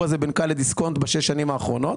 הזה בין כאל לדיסקונט בשש השנים האחרונות.